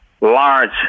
large